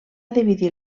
dividir